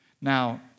Now